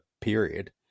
period